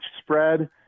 spread